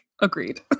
agreed